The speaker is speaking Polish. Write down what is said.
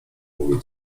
mówię